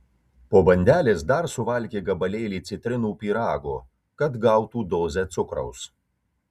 po bandelės dar suvalgė gabalėlį citrinų pyrago kad gautų dozę cukraus